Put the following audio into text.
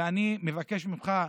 ואני מבקש ממך,